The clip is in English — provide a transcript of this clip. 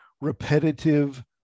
repetitive